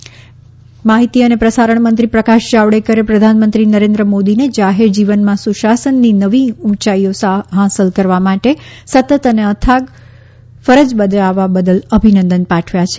જાવડેકર મોદી માહિતી અને પ્રસારણ મંત્રી પ્રકાશ જાવડેકરે પ્રધાનમંત્રી નરેન્દ્ર મોદીને જાહેર જીવનમાં સુશાસનની નવી ઉંચાઈઓ હાંસલ કરવા માટે સતત અને અથાક ફરજ બજાવવા બદલ અભિનંદન પાઠવ્યા છે